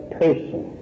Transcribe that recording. person